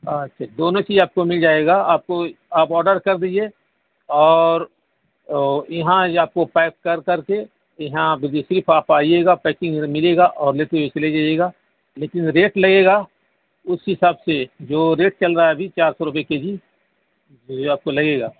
اچھا دونوں چیز آپ کو مل جائے گا آپ کو آپ آرڈر کر دیجیے اور یہاں جو آپ کو پیک کر کر کے یہاں آپ جیسے ہی آپ آپ آئیے گا پیکنگ ملے گا اور لیتے ہوئے چلے جائیے گا لیکن ریٹ لگے گا اس کے حساب سے جو ریٹ چل رہا ہے ابھی چار سو روپئے کے جی جو آپ کو لگے گا